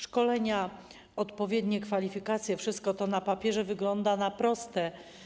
Szkolenia, odpowiednie kwalifikacje - wszystko to na papierze wygląda na proste.